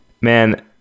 Man